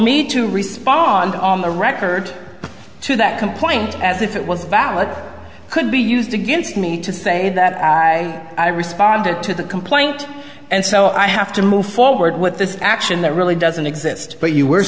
me to respond on the record to that complaint as if it was valid could be used against me to say that i i responded to the complaint and so i have to move forward with this action that really doesn't exist but you were